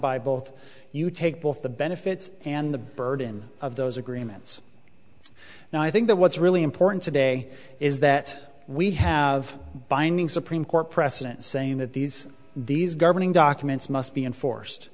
by both you take both the benefits and the burden of those agreements now i think that what's really important today is that we have binding supreme court precedent saying that these these governing documents must be enforced